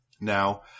Now